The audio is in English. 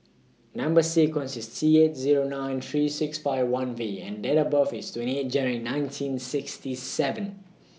Number sequence IS T eight Zero nine three six five one V and Date of birth IS twenty eight January nineteen sixty seven